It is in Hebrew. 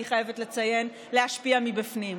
אני חייבת לציין: להשפיע מבפנים.